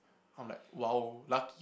I'm like !wow! lucky